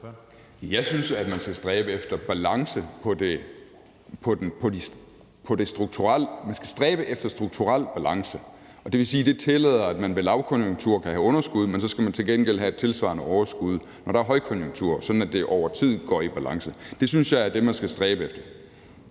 Jeg synes, at man skal stræbe efter strukturel balance. Det vil sige, at det tillader, at man ved lavkonjunktur kan have underskud, men så skal man til gengæld have et tilsvarende overskud, når der er højkonjunktur, sådan at det over tid går i balance. Det synes jeg er det, man skal stræbe efter.